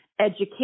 Education